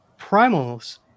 primals